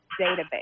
database